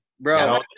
Bro